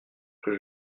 que